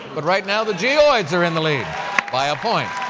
but right now, the geoids are in the lead by a point.